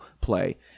play